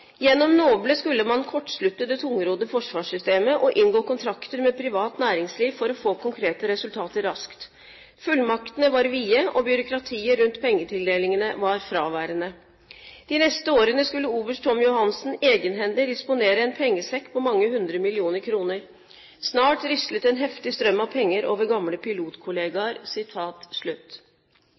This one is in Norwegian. NOBLE skulle man kortslutte det tungrodde forsvarssystemet, og inngå kontrakter med privat næringsliv for å få konkrete resultater raskt. Fullmaktene var vide og byråkratiet rundt pengetildelingene var fraværende. De neste årene skulle oberst Tom Johansen egenhendig disponere en pengesekk på mange hundre millioner kroner. Snart rislet en hefting strøm av penger over gamle pilotkollegaer.»